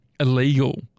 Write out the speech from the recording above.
illegal